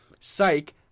psych